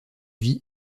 vie